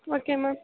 okay ma'am